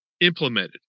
implemented